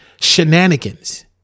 shenanigans